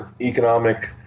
economic